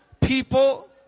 people